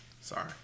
Sorry